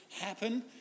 happen